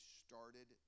started